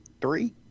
three